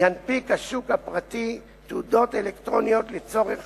ינפיק השוק הפרטי תעודות אלקטרוניות לצורך